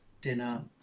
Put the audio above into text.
dinner